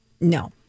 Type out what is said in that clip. No